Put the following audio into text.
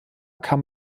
kam